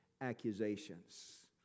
accusations